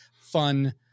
fun